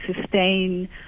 sustain